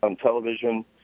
television